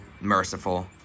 merciful